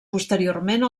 posteriorment